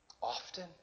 often